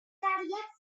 nekazariak